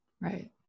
Right